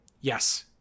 Yes